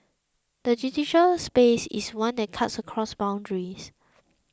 the digital space is one that cuts across boundaries